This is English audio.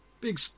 big